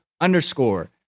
underscore